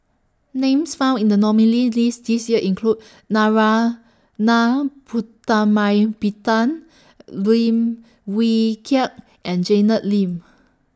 Names found in The nominees' list This Year include Narana Putumaippittan Lim Wee Kiak and Janet Lim